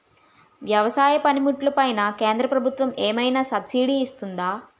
వ్యవసాయ పనిముట్లు పైన కేంద్రప్రభుత్వం ఏమైనా సబ్సిడీ ఇస్తుందా?